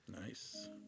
Nice